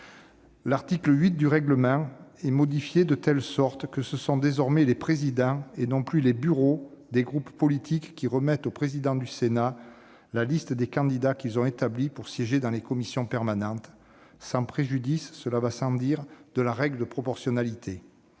L'article 8 du règlement est modifié de telle sorte que ce sont désormais les « présidents » et non plus les « bureaux » des groupes politiques qui remettent au président du Sénat la liste des candidats qu'ils ont établie pour siéger dans les commissions permanentes, sans préjudice- cela va sans dire -de la règle de proportionnalité.